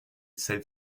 self